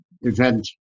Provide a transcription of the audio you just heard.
event